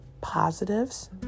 positives